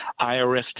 IRS